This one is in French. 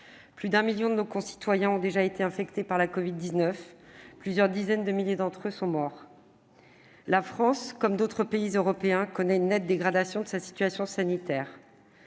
plus d'un million de nos concitoyens ont déjà été infectés par la covid-19, plusieurs dizaines de milliers d'entre eux sont morts. La France, comme d'autres pays européens, connaît une nette dégradation de sa situation sanitaire.